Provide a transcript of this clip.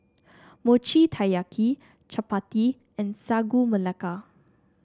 Mochi Taiyaki chappati and Sagu Melaka